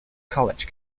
college